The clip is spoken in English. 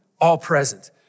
all-present